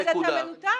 אז אתה מנותק.